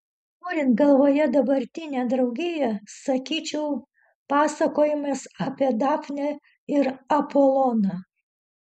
turint galvoje dabartinę draugiją sakyčiau pasakojimas apie dafnę ir apoloną